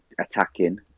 attacking